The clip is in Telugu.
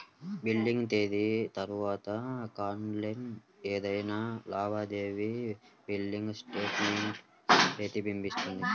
బిల్లింగ్ తేదీ తర్వాత కార్డ్పై ఏదైనా లావాదేవీ బిల్లింగ్ స్టేట్మెంట్ ప్రతిబింబిస్తుంది